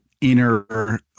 inner